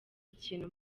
ikintu